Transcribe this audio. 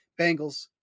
Bengals